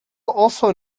also